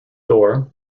door